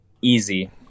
easy